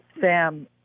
Sam